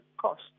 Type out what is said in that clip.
cost